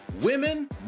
Women